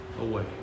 away